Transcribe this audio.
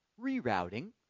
rerouting